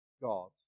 God